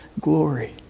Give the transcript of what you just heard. glory